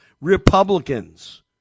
Republicans